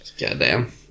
goddamn